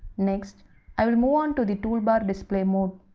next i will move on to the toolbar display mode.